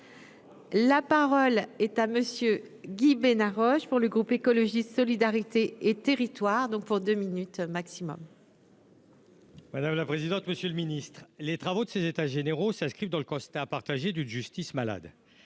la parole est à monsieur Guy Bénard Roche pour le groupe écologiste solidarité et territoires donc pour 2 minutes maximum. Madame la présidente, monsieur le Ministre, les travaux de ces états généraux s'inscrivent dans le Costa partagé du de justice malade